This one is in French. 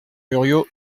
muriot